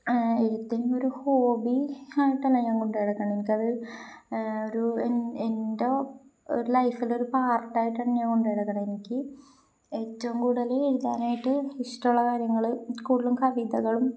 എഴുത്തിനെ ഒരു ഹോബി ആയിട്ടല്ല ഞാൻ കൊണ്ടുനടക്കുന്നത് എനിക്കത് ഒരു എൻ്റെ ഒരു ലൈഫിലൊരു പാർട്ടായിട്ടാണ് ഞാൻ കൊണ്ടുനടുക്കുന്നത് എനിക്ക് ഏറ്റവും കൂടുതല് എഴുതാനായിട്ട് ഇഷ്ടമുള്ള കാര്യങ്ങള് കൂടുതലും കവിതകളും